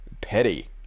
Petty